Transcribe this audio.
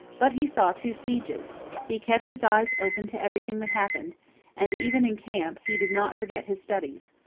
but he saw two sieges he kept his eyes open to everything that happened and, even in camp, he did not forget his studies.